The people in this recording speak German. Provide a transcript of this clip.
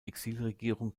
exilregierung